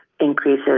increases